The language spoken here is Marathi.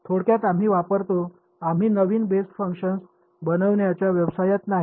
थोडक्यात आम्ही वापरतो आम्ही नवीन बेस फंक्शन्स बनवण्याच्या व्यवसायात नाही